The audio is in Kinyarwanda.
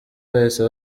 bahise